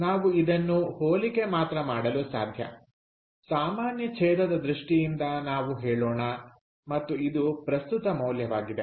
ನಾವು ಇದನ್ನು ಹೋಲಿಕೆ ಮಾತ್ರ ಮಾಡಲು ಸಾಧ್ಯ ಸಾಮಾನ್ಯ ಛೇದದ ದೃಷ್ಟಿಯಿಂದ ನಾವು ಹೇಳೋಣ ಮತ್ತು ಇದು ಪ್ರಸ್ತುತ ಮೌಲ್ಯವಾಗಿದೆ